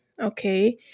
okay